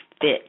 fit